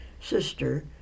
sister